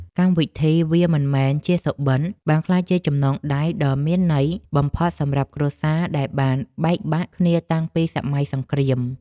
កម្មវិធីវាមិនមែនជាសុបិនបានក្លាយជាចំណងដៃដ៏មានន័យបំផុតសម្រាប់គ្រួសារដែលបានបែកបាក់គ្នាតាំងពីសម័យសង្រ្គាម។